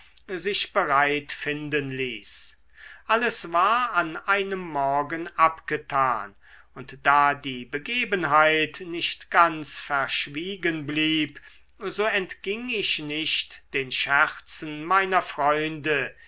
sich bereit finden ließ alles war an einem morgen abgetan und da die begebenheit nicht ganz verschwiegen blieb so entging ich nicht den scherzen meiner freunde